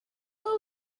alone